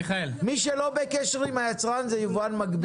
מי שלא בקשר עם היצרן זה היבואן המקביל.